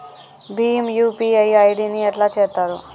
Bhim UPI ID ని ఎట్లా చేత్తరు?